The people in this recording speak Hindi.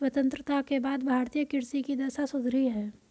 स्वतंत्रता के बाद भारतीय कृषि की दशा सुधरी है